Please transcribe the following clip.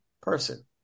person